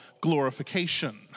glorification